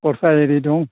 खरसा इरि दं